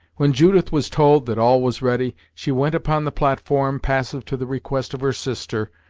when judith was told that all was ready, she went upon the platform, passive to the request of her sister,